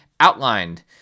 Outlined